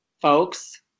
folks